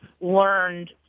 learned